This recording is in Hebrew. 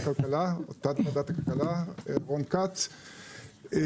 רון כץ,